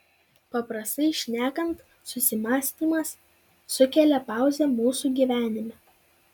paprastai šnekant susimąstymas sukelia pauzę mūsų gyvenime